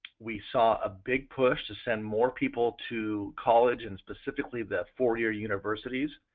we saw a big push to send more people to college and specifically, the four year universities.